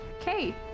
Okay